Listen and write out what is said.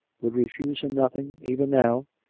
would refuse him nothing, even now,